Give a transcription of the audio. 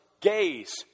gays